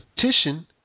petition